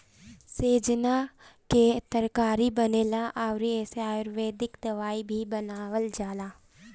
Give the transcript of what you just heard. सैजन कअ तरकारी बनेला अउरी एसे आयुर्वेदिक दवाई भी बनावल जाला